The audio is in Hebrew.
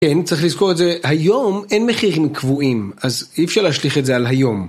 כן, צריך לזכור את זה, היום אין מחירים קבועים, אז אי אפשר להשליך את זה על היום.